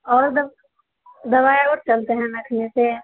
आओर द दवाइयो चलतै हन अखने से